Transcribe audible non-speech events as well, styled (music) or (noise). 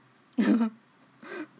(laughs)